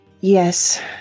Yes